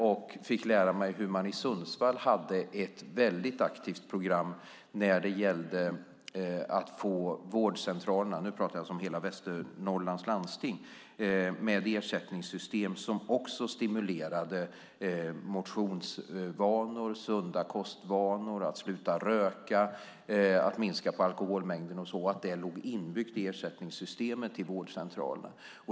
Jag fick lära mig hur man i Sundsvall hade ett väldigt aktivt program när det gällde att få vårdcentralerna - nu talar jag om hela Västernorrlands landsting - med i ett ersättningssystem som också stimulerar motionsvanor, sunda kostvanor, att sluta röka och att minska alkoholmängden. Det låg inbyggt i ersättningssystemet till vårdcentralerna.